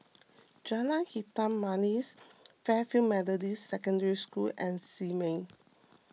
Jalan Hitam Manis Fairfield Methodist Secondary School and Simei